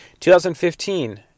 2015